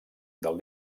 del